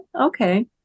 okay